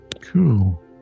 Cool